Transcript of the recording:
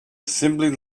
assembly